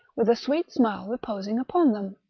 with a sweet smile reposing upon them,